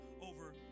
over